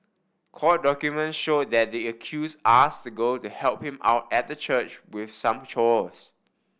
court document show that the accused asked the girl to help him out at the church with some chores